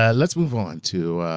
yeah let's move on to